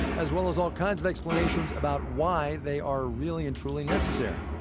as well as all kinds of explanations about why they are really and truly necessary.